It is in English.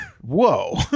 Whoa